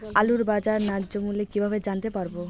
আলুর বাজার ন্যায্য মূল্য কিভাবে জানতে পারবো?